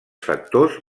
factors